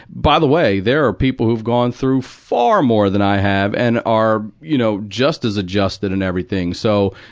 by the way, there are people who've gone through far more than i have and are, you know, just as adjusted and everything. so,